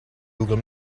google